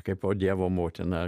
kaipo dievo motina